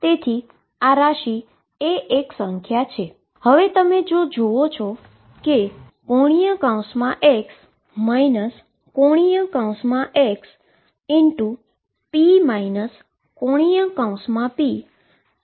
તેથી આ ક્વોન્ટીટી એ એક નંબર છે